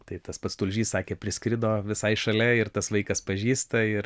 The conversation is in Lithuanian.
tai tas pats tulžys sakė priskrido visai šalia ir tas vaikas pažįsta ir